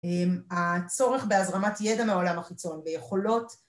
הצורך בהזרמת ידע מעולם החיצון ויכולות